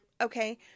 Okay